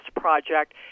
project